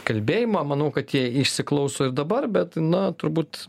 kalbėjimą manau kad jie įsiklauso ir dabar bet na turbūt